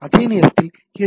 அதே நேரத்தில் ஹெச்